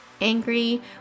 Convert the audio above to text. angry